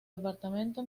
departamento